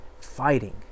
fighting